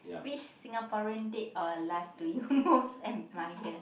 which Singaporean dead or alive do you most admire